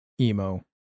emo